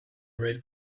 red